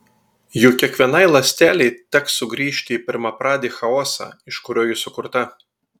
juk kiekvienai ląstelei teks sugrįžti į pirmapradį chaosą iš kurio ji sukurta